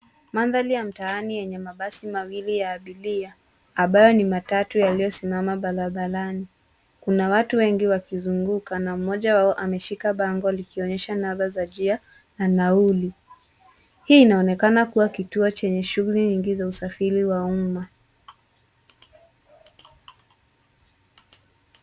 Mandhari ya mtaani yenye mabasi mawili ya abiria ambayo ni matatu yaliyosimama barabarani. Kuna watu wengi wakizunguka na mmoja wao ameshika bango likionyesha namba za njia na nauli. Hii inaonekana kuwa kituo chenye shughuli nyingi za usafiri wa umma.